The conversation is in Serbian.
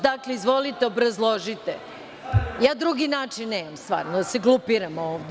Dakle, izvolite obrazložite, ja drugi način nemam stvarno, da se glupiramo ovde.